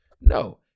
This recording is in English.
No